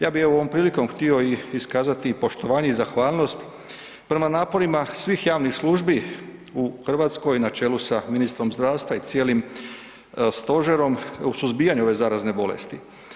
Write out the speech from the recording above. Ja bi evo ovom prilikom htio i iskazati i poštovanje i zahvalnost prema naporima svih javnih službi u RH na čelu sa ministrom zdravstva i cijelim stožerom u suzbijanju ove zarazne bolesti.